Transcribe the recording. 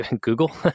Google